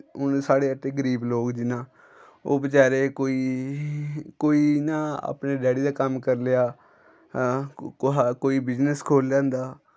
हून साढ़े इत्थें गरीब लोग जि'यां ओह् बचैरे कोई कोई इ'यां अपने डैड़ी दा कम्म करी लेआ कोई बिज़नस खोह्ल्ली लैंदा